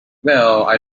well—i